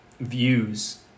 views